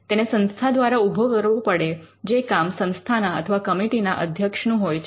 તેને સંસ્થા દ્વારા ઉભો કરવો પડે જે કામ સંસ્થાના અથવા કમિટીના અધ્યક્ષ નું હોય છે